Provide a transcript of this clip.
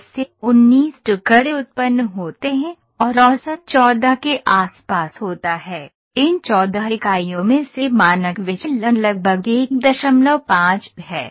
10 से 19 टुकड़े उत्पन्न होते हैं और औसत 14 के आसपास होता है इन 14 इकाइयों में से मानक विचलन लगभग 15 है